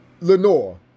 Lenore